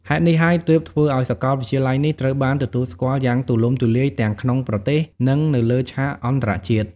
ហេតុនេះហើយទើបធ្វើឲ្យសាកលវិទ្យាល័យនេះត្រូវបានទទួលស្គាល់យ៉ាងទូលំទូលាយទាំងក្នុងប្រទេស និងនៅលើឆាកអន្តរជាតិ។